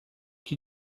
que